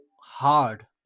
hard